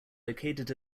located